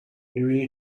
میبینی